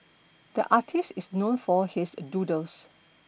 the artist is known for his doodles